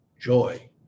Joy